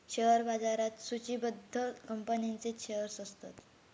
share बाजारात सुचिबद्ध कंपनींचेच शेअर्स असतत